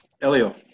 Elio